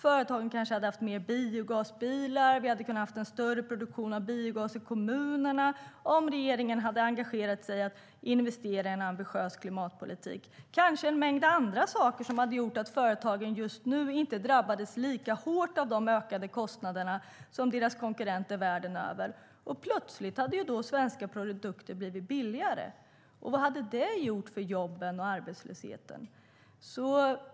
Företagen hade kanske haft fler biogasbilar, och vi hade kunnat ha en större produktion av biogas i kommunerna om regeringen hade engagerat sig i att investera i en ambitiös klimatpolitik. Kanske är det en massa andra saker som hade gjort att företagen just nu inte drabbades lika hårt av de ökade kostnaderna som deras konkurrenter världen över. Plötsligt hade svenska produkter blivit billigare. Och vad hade det gjort för jobben och arbetslösheten?